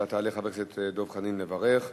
אתה, חבר הכנסת דב חנין, תעלה לברך.